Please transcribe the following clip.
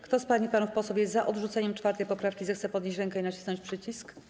Kto z pań i panów posłów jest odrzuceniem 4. poprawki, zechce podnieść rękę i nacisnąć przycisk.